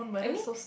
I mean